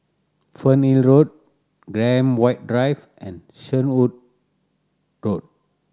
Fernhill Road Graham White Drive and Shenvood Road